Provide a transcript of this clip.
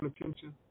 attention